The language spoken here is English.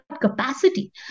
capacity